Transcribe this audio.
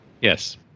Yes